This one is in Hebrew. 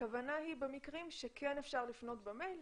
הכוונה היא במקרים שכן אפשר לפנות במייל,